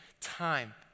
time